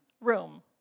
room